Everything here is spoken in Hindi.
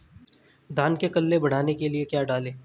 धान में कल्ले बढ़ाने के लिए क्या डालें?